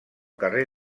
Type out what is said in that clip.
carrer